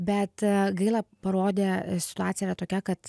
bet gaila parodė situacija yra tokia kad